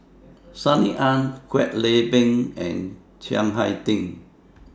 Sunny Ang Kwek Leng Beng and Chiang Hai Ding